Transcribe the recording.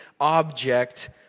object